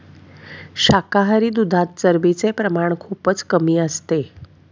शाकाहारी दुधात चरबीचे प्रमाण खूपच कमी असते